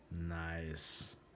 Nice